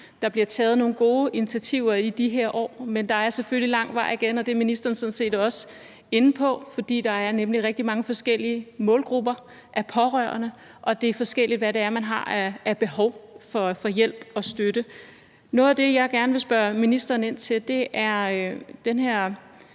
Der bliver taget nogle gode initiativer i de her år, men der er selvfølgelig lang vej igen, og det er ministeren sådan set også inde på, fordi der nemlig er rigtig mange forskellige målgrupper af pårørende, og det er forskelligt, hvad det er, man har af behov for hjælp og støtte. Noget af det, jeg gerne spørge ministeren ind til, er den her